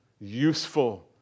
useful